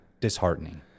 disheartening